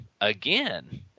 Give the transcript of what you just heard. again